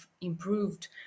improved